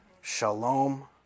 Shalom